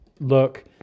look